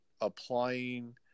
applying